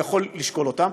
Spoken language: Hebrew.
הוא יכול לשקול אותם.